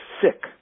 sick